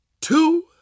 two